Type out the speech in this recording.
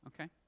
okay